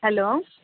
hello